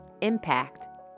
impact